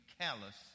callous